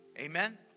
Amen